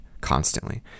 constantly